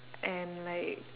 and like